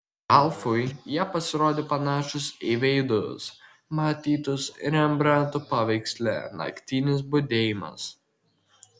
ralfui jie pasirodė panašūs į veidus matytus rembranto paveiksle naktinis budėjimas